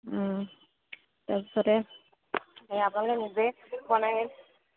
তাৰ পিছতে সেই আপোনালোকে নিজেই বনাই